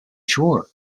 sure